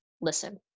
listen